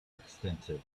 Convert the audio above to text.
extensive